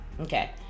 okay